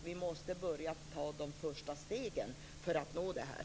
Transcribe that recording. Vi måste ta det första stegen för att nå det här.